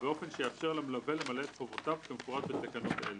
באופן שיאפשר למלווה למלא את חובותיו כמפורט בתקנות אלה,